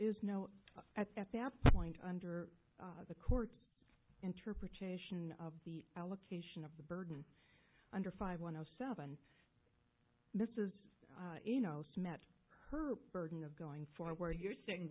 is no at that point under the court's interpretation of the allocation of the burden under five one of seven misses you know smet her burden of going forward you're saying